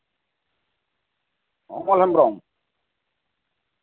Amal Hembrom